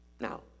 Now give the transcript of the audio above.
Now